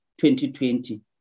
2020